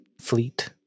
fleet